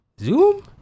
Zoom